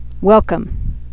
Welcome